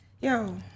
Yo